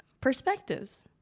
perspectives